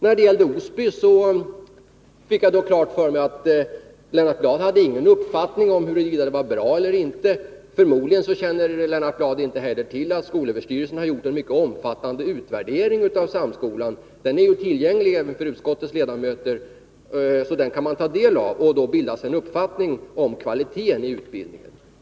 När det gäller Osby fick jag klart för mig att Lennart Bladh inte hade någon uppfattning om huruvida det vara bra eller inte. Förmodligen känner Lennart Bladh inte heller till att skolöverstyrelsen gjort en mycket omfattande utvärdering av samskolan. Denna utvärdering är tillgänglig även för utskottets ledamöter, så den kan man ta del av och bilda sig en uppfattning om kvaliteten i utbildningen.